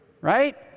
right